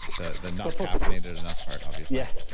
the the not caffeinated enough part obviously yeah.